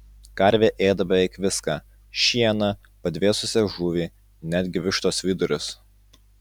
karvė ėda beveik viską šieną padvėsusią žuvį netgi vištos vidurius